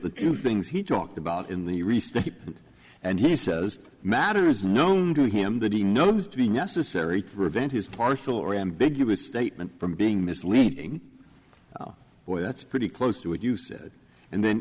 the things he talked about in the response and he says matter is known to him that he knows to be necessary for event his partial or ambiguous statement from being misleading oh boy that's pretty close to what you said and then